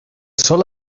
sol